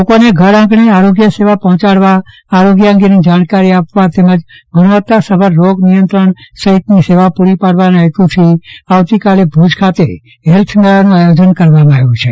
લોકોને ઘર આંગણે આરોગ્ય સેવા પહોંચાડવા આરોગ્ય અંગે ની જાણકારી આપવા તેમજ ગુણવત્તા સભર રોગ નિયંત્રણ સહિતની સેવા પૂરી પાડવાના હેતુથી આવતીકાલે ભુજ ખાતે હેલ્થ મેળાનું આયોજન કરવામાં આવ્યું છે